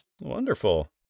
Wonderful